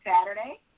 Saturday